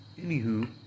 anywho